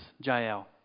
Jael